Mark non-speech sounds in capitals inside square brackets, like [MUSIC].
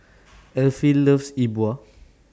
[NOISE] Elfie loves E Bua [NOISE]